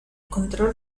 control